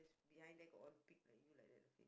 behind there got one pig like you like the face